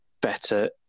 better